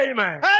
Amen